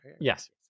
Yes